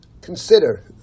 consider